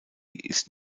ist